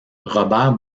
robert